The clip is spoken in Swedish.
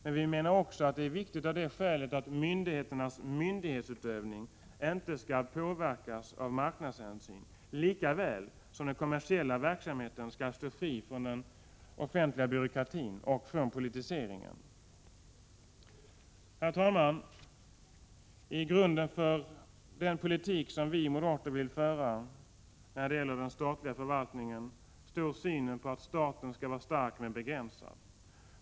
Men vi menar också att det är viktigt av det skälet att myndigheternas myndighetsutövning inte skall påverkas av marknadshänsyn, lika väl som den kommersiella verksamheten skall stå fri från offentlig byråkrati och politisering. Herr talman! I grunden för den politik som vi moderater vill föra när det gäller den statliga förvaltningen ligger synen att staten skall vara stark men begränsad.